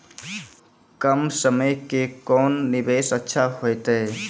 कम समय के कोंन निवेश अच्छा होइतै?